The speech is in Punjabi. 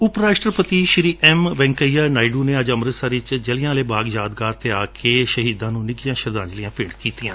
ਉਪ ਰਾਸ਼ਟਰਪਤੀ ਐਮ ਵੈਂਕਈਆ ਨਾਇਡੁ ਨੇ ਅੱਜ ਅੰਮ੍ਤਿਤਸਰ ਚ ਜਲ੍ਨਿਆਵਾਲਾ ਬਾਗ ਆ ਕੇ ਸ਼ਹੀਦਾਂ ਨੂੰ ਨਿੱਘੀਆ ਸ਼ਰਧਾਜਲੀਆ ਭੇਟ ਕੀਤੀਆ